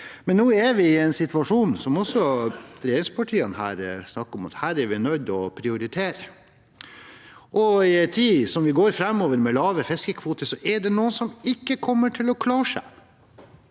imidlertid i en situasjon, slik også regjeringspartiene snakker om, der vi er nødt til å prioritere. I tiden framover, med lave fiskekvoter, er det noen som ikke kommer til å klare seg